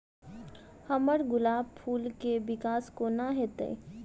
हम्मर गुलाब फूल केँ विकास कोना हेतै?